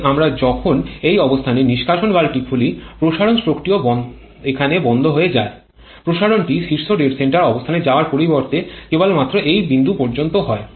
তবে আমরা যখন এই অবস্থানে নিষ্কাশন ভালভটি খুলি প্রসারণ স্ট্রোকটিও এখানে বন্ধ হয়ে যায় প্রসারণটি শীর্ষ ডেড সেন্টার অবস্থানে যাওয়ার পরিবর্তে কেবলমাত্র এই বিন্দু পর্যন্ত হয়